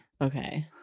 Okay